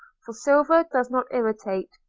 for silver does not irritate.